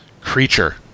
creature